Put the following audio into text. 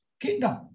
kingdom